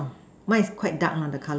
mine is quite dark lah the colour